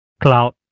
cloud